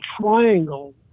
triangle